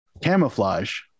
camouflage